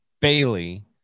Bailey